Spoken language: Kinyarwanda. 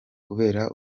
kubera